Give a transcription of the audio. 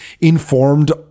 informed